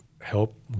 help